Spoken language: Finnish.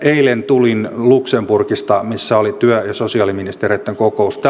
eilen tulin luxemburgista missä oli työ ja sosiaaliministereitten kokous